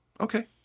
Okay